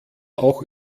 auch